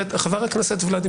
חבר הכנסת ולדימיר בליאק.